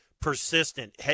persistent